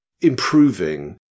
improving